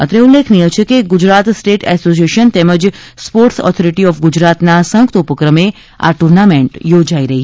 અત્રે ઉલ્લેખનીય છે કે ગુજરાત સ્ટેટ એસોસિયેશન તેમજ સ્પોર્ટસ ઓથોરીટી ઓફ ગુજરાતના સંયુક્ત ઉપક્રમે આ ટુર્નામેન્ટ યોજાઇ રહી છે